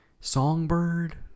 Songbird